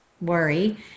worry